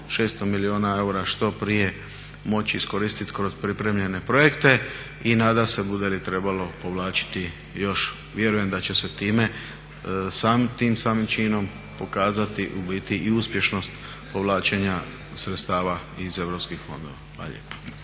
600 milijuna eura što prije moći iskoristiti kroz pripremljene projekte. I nadam se bude li trebalo povlačiti još vjerujem da će se time, tim samim činom pokazati u biti i uspješnost povlačenja sredstava iz europskih fondova.